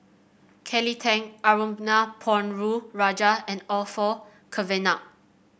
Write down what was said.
Kelly Tang Arumugam Ponnu Rajah and Orfeur Cavenagh